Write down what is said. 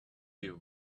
you